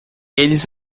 eles